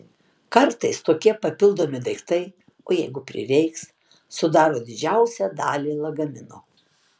kartais tokie papildomi daiktai o jeigu prireiks sudaro didžiausią dalį lagamino